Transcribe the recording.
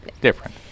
different